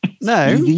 No